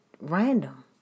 random